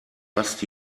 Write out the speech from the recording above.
fast